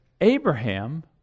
Abraham